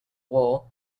war